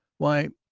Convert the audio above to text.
why,